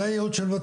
זה היעוד שלו.